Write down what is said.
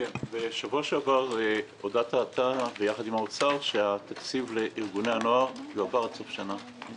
בשבוע שעבר הודעת יחד עם האוצר שהתקציב לארגוני הנוער יועבר עד סוף שנה,